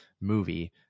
movie